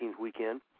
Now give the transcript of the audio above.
weekend